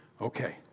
Okay